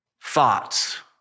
thoughts